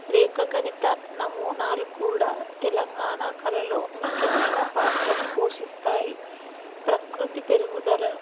రేఖాగణిత నమూనాలు కూడా తెలంగాణ కళలో ముఖ్యమైన పాత్రను పోషిస్తాయి ప్రకృతి పెరుగుదల